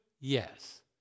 Yes